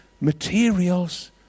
materials